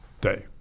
day